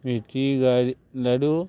मेथी गाडी लाडू